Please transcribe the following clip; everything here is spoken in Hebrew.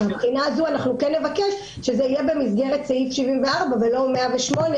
ואז מהבחינה הזאת נבקש שזה יהיה במסגרת סעיף 74 ולא סעיף 108,